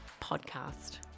podcast